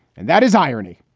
and that is irony.